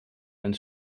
and